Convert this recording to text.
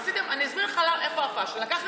עשיתם, אני אסביר לך איפה הפשלה.